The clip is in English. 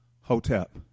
Hotep